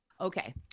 Okay